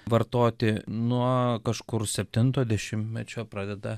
vartoti nuo kažkur septinto dešimtmečio pradeda